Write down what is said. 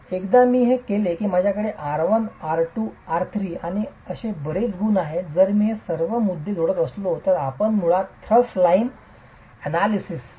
एकदा मी हे केले की माझ्याकडे r1 r2 r3 आणि असे बरेच गुण आहेत आणि जर मी हे सर्व मुद्दे जोडत असतो तर आपण मुळात thrust line analysis thrust line analysis